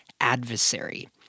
Adversary